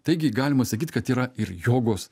taigi galima sakyt kad yra ir jogos